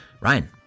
Ryan